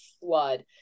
flood